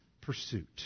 pursuit